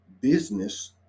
business